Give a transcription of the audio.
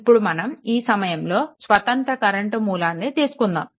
ఇప్పుడు మనం ఈ సమయంలో స్వతంత్ర కరెంట్ మూలాన్ని తీసుకుందాము